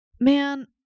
Man